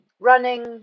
running